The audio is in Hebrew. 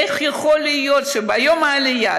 איך יכול להיות שביום העלייה,